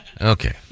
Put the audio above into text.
okay